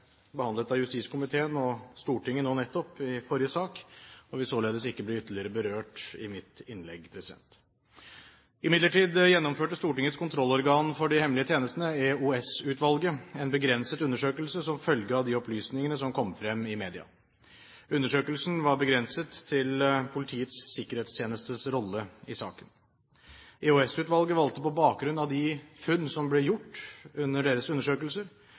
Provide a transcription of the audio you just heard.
behandlet av justiskomiteen – og Stortinget nå nettopp, i forrige sak – og vil således ikke bli ytterligere berørt i mitt innlegg. Imidlertid gjennomførte Stortingets kontrollorgan for de hemmelige tjenestene, EOS-utvalget, en begrenset undersøkelse som følge av de opplysningene som kom frem i media. Undersøkelsen var begrenset til Politiets sikkerhetstjenestes rolle i saken. EOS-utvalget valgte på bakgrunn av de funn som ble gjort under deres undersøkelser,